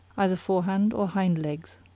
either fore hand or hind legs.